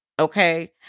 Okay